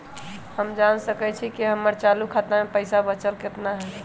हम जान सकई छी कि हमर चालू खाता में पइसा बचल कितना हई